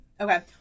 Okay